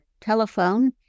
telephone